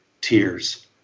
tears